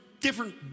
different